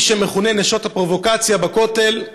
מי שמכונות נשות הפרובוקציה בכותל.